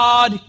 God